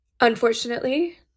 Unfortunately